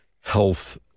health